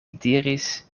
diris